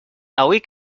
avui